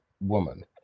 woman